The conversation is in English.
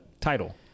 title